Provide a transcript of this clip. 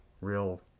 real